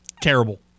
Terrible